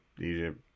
Egypt